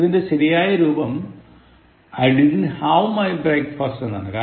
ഇതിൻറെ ശരിയായ് രൂപം I didn't have my breakfast എന്നാണ്